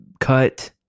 cut